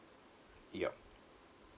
yup